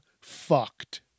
fucked